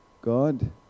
God